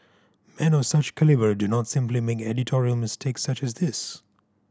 men of such calibre do not simply make editorial mistakes such as this